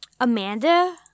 Amanda